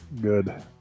Good